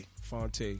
Fonte